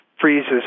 freezes